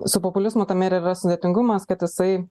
su populizmu tame ir yra sudėtingumas kad jisai